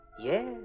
Yes